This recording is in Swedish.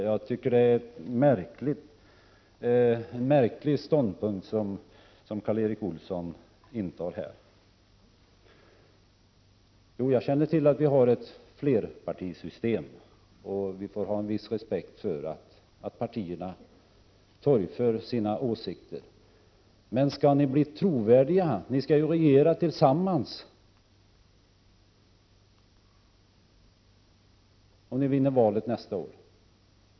Jag tycker att det är en märklig ståndpunkt som Karl Erik Olsson intar här. Jo, jag känner till att vi har ett flerpartisystem, och vi får ha en viss respekt för att partierna torgför sina åsikter. Men ni skall ju regera tillsammans om ni vinner valet nästa år.